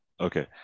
Okay